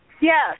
Yes